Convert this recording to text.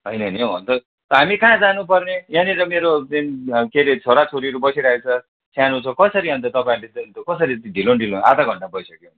होइन नि हौ अन्त हामी कहाँ जानुपर्ने यहाँनिर मेरो के रे छोरा छोरीहरू बसिरहेको छ सानो छ कसरी अन्त तपाईँहरूले चाहिँ अन्त कसरी चाहिँ ढिलो न ढिलो आधा घन्टा भइसक्यो